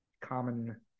common